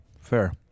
Fair